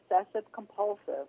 obsessive-compulsive